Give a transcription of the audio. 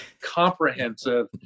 comprehensive